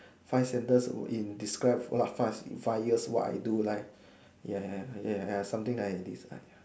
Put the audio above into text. five sentences in describe five five years what I do life ya ya ya ya something like that ya ya